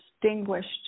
distinguished